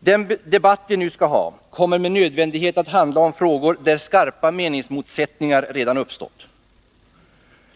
Den debatt vi nu skall ha kommer med nödvändighet att handla om frågor där skarpa meningsmotsättningar redan har uppstått.